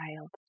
child